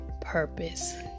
Purpose